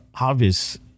obvious